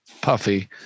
puffy